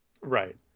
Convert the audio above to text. Right